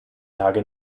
tage